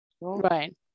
right